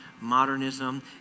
modernism